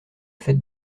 fête